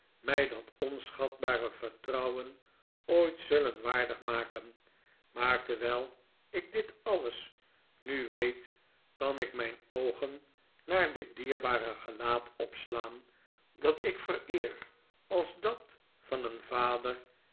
mij dat onschatbare vertrouwen ooit zullen waardig maken maar terwijl ik dit alles nu weet kan ik mijn oogen naar dit dierbare gelaat opslaan dat ik vereer als dat van een vader